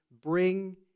Bring